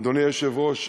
אדוני היושב-ראש,